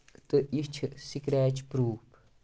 تہٕ یہِ چھُ سِکرٮ۪چ پرٛوٗف